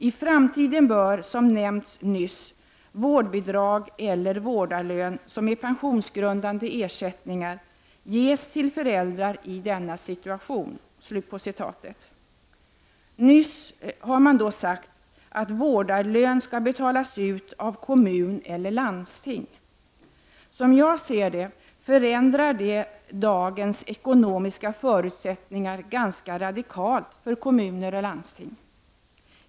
I framtiden bör, som nämnts nyss, vårdbidrag eller vårdarlön, som är pensionsgrundande ersättningar, ges till föräldrar i denna situation.” Nyss har man då sagt att vårdarlön skall betalas ut av kommun eller landsting. Som jag ser det förändrar det dagens ekonomiska förutsättningar ganska radikalt för kommuner och landsting.